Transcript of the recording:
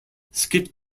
skip